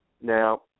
Now